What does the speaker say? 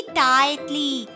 tightly